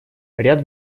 ряд